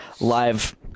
live